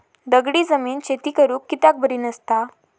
दगडी जमीन शेती करुक कित्याक बरी नसता?